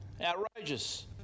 outrageous